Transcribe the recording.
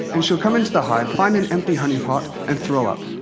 and she'll come into the hive, find an empty honey pot, and throw up,